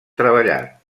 treballat